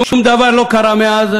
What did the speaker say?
שום דבר לא קרה מאז,